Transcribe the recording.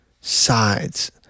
sides